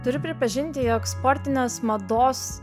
turiu pripažinti jog sportinės mados